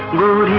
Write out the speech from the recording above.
were